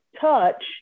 touch